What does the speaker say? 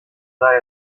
sei